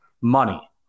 money